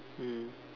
mm